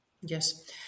Yes